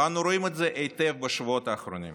ואנו רואים את זה היטב בשבועות האחרונים.